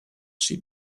she